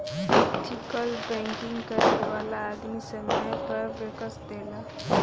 ethical banking करे वाला आदमी समय पर टैक्स देला